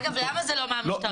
אגב, למה זה לא מהמשטרה?